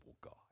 God